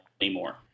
anymore